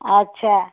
ଆଚ୍ଛା